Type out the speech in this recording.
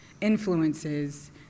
influences